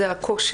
זה הקושי,